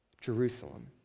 Jerusalem